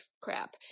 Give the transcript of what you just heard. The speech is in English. crap